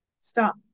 stop